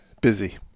busy